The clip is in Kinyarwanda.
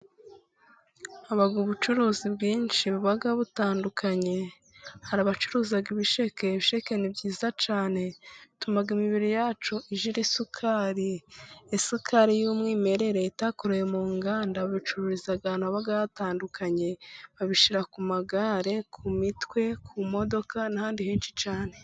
Haba ubucuruzi bwinshi buba butandukanye, hari abacuruza ibisheke, ibisheke ni byiza cyane, bituma imibiri yacu igira isukari, isukari y'umwimerere, itakorewe mu nganda, babicururiza ahantu haba hatandukanye, babishyira ku magare, ku mitwe, ku modoka n'ahandi henshi cyane.